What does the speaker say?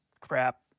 crap